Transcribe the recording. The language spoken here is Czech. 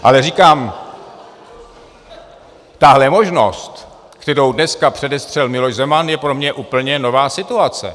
Ale říkám, tahle možnost, kterou dneska předestřel Miloš Zeman, je pro mě úplně nová situace.